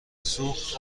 سوخت